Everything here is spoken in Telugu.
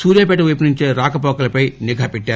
సూర్యాపేటవైపు నుంచి రాకపోకలపై నిఘా పెట్టారు